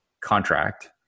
contract